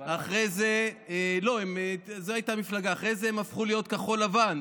אחרי זה הם הפכו להיות כחול לבן,